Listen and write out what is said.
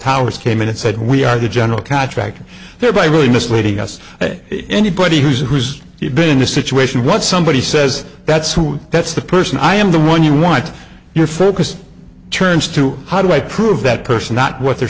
towers came in and said we are the general contractor there by really misleading us anybody who's in who's been in the situation what somebody says that's who that's the person i am the one you want your focus turns to how do i prove that person not what their